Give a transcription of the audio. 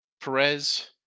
Perez